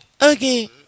again